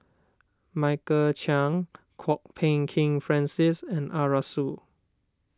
Michael Chiang Kwok Peng Kin Francis and Arasu